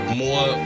more